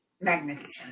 magnificent